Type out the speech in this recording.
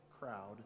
crowd